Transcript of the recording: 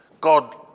God